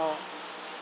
uh